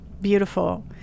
beautiful